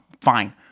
Fine